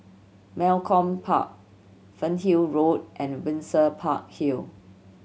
Malcolm Park Fernhill Road and Windsor Park Hill